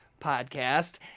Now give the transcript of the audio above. podcast